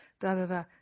da-da-da